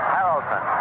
Harrelson